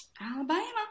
Alabama